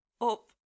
up